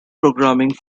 programming